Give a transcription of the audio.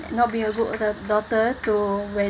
not being a good da~ daughter to